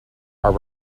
are